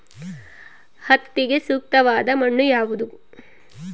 ಹತ್ತಿಗೆ ಸೂಕ್ತವಾದ ಮಣ್ಣು ಯಾವುದು?